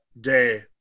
day